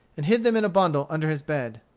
and hid them in a bundle under his bed.